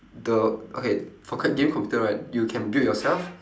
the okay for c~ game computer right you can build yourself